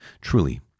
Truly